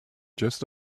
just